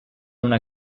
una